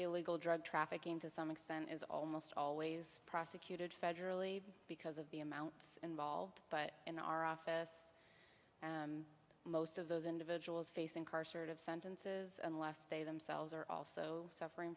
illegal drug trafficking to some extent is almost always prosecuted federally because of the amounts involved but in our office and most of those individuals face incarcerate of sentences unless they themselves are also suffering